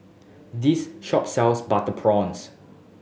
this shop sells butter prawns